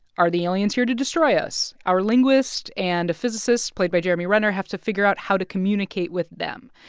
are the aliens here to destroy us? our linguist and a physicist played by jeremy renner have to figure out how to communicate with them.